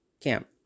camp